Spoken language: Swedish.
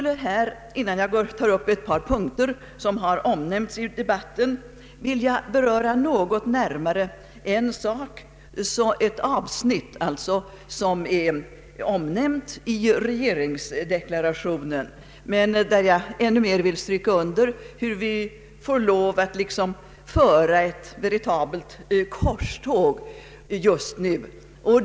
Innan jag tar upp ett par punkter som har omnämnts i debatten, skulle jag något närmare vilja beröra ett avsnitt i regeringsdeklarationen eftersom jag ännu mer än som där skett kan klargöra hur vi just nu måste föra ett veritabelt korståg.